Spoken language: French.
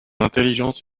intelligence